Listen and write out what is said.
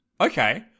Okay